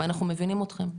ואנחנו מבינים אתכם.